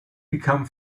become